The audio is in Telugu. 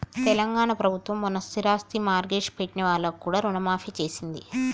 తెలంగాణ ప్రభుత్వం మొన్న స్థిరాస్తి మార్ట్గేజ్ పెట్టిన వాళ్లకు కూడా రుణమాఫీ చేసింది